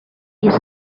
his